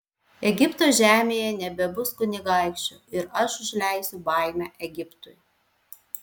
egipto žemėje nebebus kunigaikščio ir aš užleisiu baimę egiptui